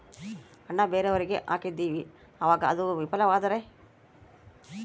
ಹಣ ಬೇರೆಯವರಿಗೆ ಹಾಕಿದಿವಿ ಅವಾಗ ಅದು ವಿಫಲವಾದರೆ?